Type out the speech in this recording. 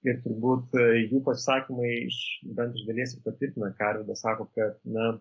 ir turbūt tai jų pasisakymai iš bent iš dalies patvirtina ką arvydas sako kad ne